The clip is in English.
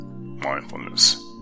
mindfulness